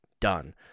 Done